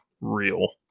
real